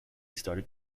started